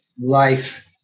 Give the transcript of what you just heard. life